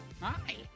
Hi